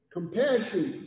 Compassion